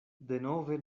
denove